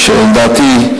ולדעתי,